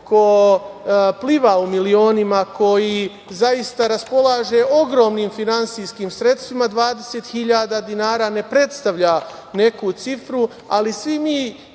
ko pliva u milionima, koji zaista raspolaže ogromnim finansijskim sredstvima 20.000 dinara ne predstavlja neku cifru, ali svi mi